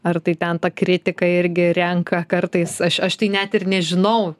ar tai ten tą kritiką irgi renka kartais aš aš tai net ir nežinau